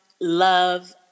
love